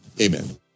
Amen